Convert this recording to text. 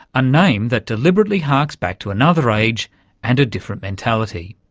a name that deliberately harks back to another age and a different mentality.